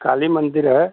काली मंदिर है